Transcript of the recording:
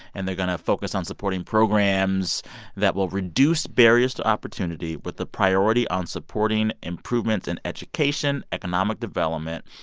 and they're going to focus on supporting programs that will reduce barriers to opportunity with the priority on supporting improvements in education, economic development,